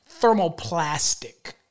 thermoplastic